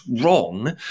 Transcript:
wrong